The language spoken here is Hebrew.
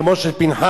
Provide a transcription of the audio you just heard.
כמו של פנחס,